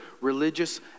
religious